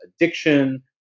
addiction